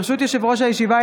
ברשות יושב-ראש הישיבה,